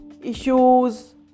issues